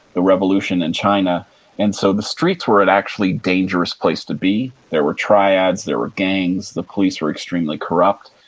the revolution in china and so the streets were an actually dangerous place to be. there were triads, there were gangs. the police were extremely corrupt.